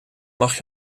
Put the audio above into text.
mag